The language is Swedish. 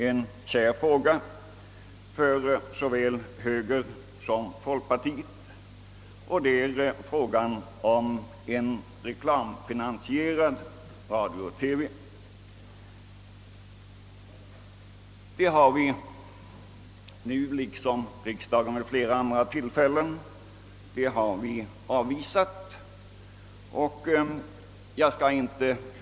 Såväl högerpartiet som folkpartiet har ett kärt önskemål, nämligen reklamfinansierad radio och TV. Såsom skett vid flera andra tillfällen har vi dock även denna gång avstyrkt motioner i sådan riktning.